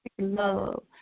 Love